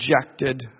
rejected